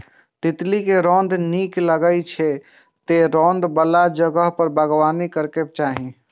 तितली कें रौद नीक लागै छै, तें रौद बला जगह पर बागबानी करैके चाही